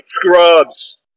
Scrubs